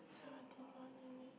seventeen more minute